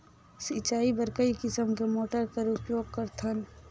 सिंचाई बर कई किसम के मोटर कर उपयोग करथन?